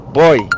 boy